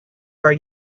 are